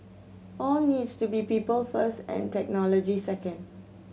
all needs to be people first and technology second